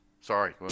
Sorry